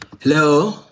Hello